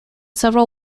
several